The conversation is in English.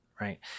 right